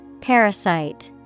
Parasite